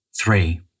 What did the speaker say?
Three